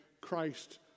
Christ